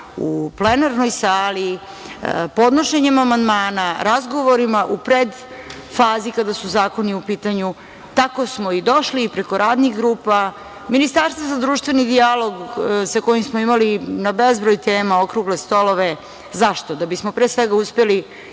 u plenarnoj sali, podnošenjem amandmana, razgovorima u predfazi kada su zakoni u pitanju. Tako smo i došli, preko radnih grupa, do Ministarstva za društveni dijalog sa kojim smo imali na bezbroj tema okrugle stolove. Zašto? Da bismo pre svega uspeli,